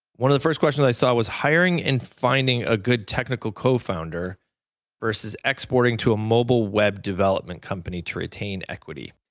one of the first questions i saw was hiring and finding a good technical co-founder versus exporting to a mobile web development company to retain equity.